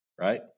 right